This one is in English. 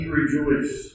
rejoice